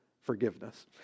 forgiveness